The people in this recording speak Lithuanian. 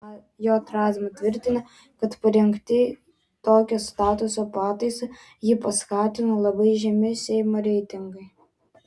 j razma tvirtina kad parengti tokią statuto pataisą jį paskatino labai žemi seimo reitingai